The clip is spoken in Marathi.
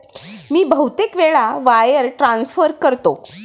मी बहुतेक वेळा वायर ट्रान्सफर करतो